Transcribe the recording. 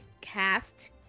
cast